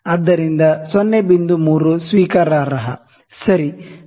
3 ಸ್ವೀಕಾರಾರ್ಹ ಸರಿ 0